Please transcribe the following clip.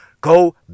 Go